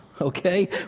okay